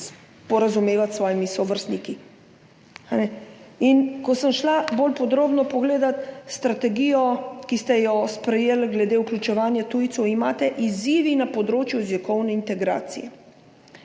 sporazumevati s svojimi sovrstniki. Ko sem šla bolj podrobno pogledat strategijo, ki ste jo sprejeli glede vključevanja tujcev, imate: »Izzivi na področju jezikovne integracije: